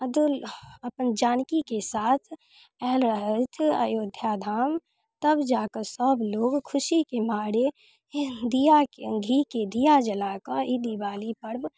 अपन जानकीके साथ आयल रहथि अयोध्या धाम तब जा कऽ सभ लोक खुशीके मारे दियाके घीके दीया जलाके ई दिवाली पर्व